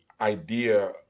idea